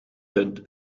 rund